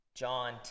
John